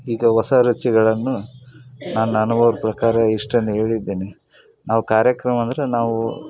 ಈಗ ಹೊಸ ರುಚಿಗಳನ್ನು ನನ್ನ ಅನುಭವದ ಪ್ರಕಾರ ಇಷ್ಟನ್ನು ಹೇಳಿದ್ದೇನೆ ನಾವು ಕಾರ್ಯಕ್ರಮ ಅಂದರೆ ನಾವು